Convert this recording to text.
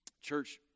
Church